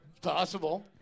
Possible